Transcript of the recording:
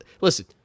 Listen